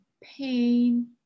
pain